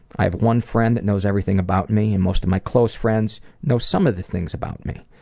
i have one friend that knows everything about me and most of my close friends know some of the things about me.